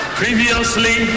previously